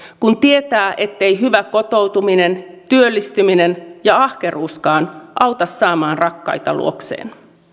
kun tietää ettei hyvä kotoutuminen työllistyminen ja ahkeruuskaan auta saamaan rakkaita luokseen